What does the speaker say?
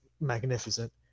magnificent